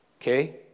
Okay